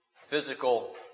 physical